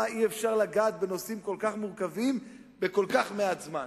אי-אפשר לגעת בנושאים כל כך מורכבים בכל כך מעט זמן.